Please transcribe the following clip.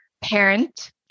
parent